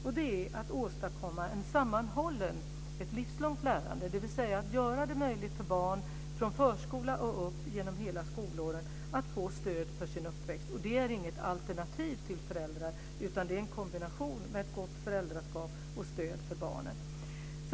Det är att vi vill åstadkomma ett sammanhållet livslångt lärande, dvs. göra det möjligt för barn från förskola och upp genom alla skolåren att få stöd för sin uppväxt. Det är inget alternativ till föräldrar, utan det är en kombination mellan ett gott föräldraskap och stöd för barnen.